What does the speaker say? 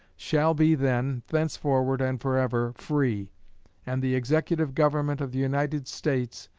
shall be then, thenceforward and forever free and the executive government of the united states,